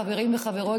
חברים וחברות,